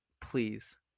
Please